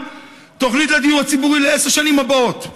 את תוכנית הדיור הציבורי לעשר השנים הבאות.